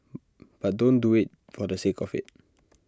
but don't do IT for the sake of IT